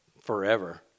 forever